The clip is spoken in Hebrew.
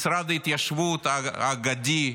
משרד ההתיישבות האגדי,